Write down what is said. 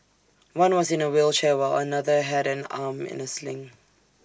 one was in A wheelchair while another had an arm in A sling